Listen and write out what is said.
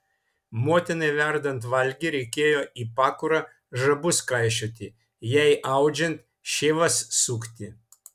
motinai verdant valgį reikėjo į pakurą žabus kaišioti jai audžiant šeivas sukti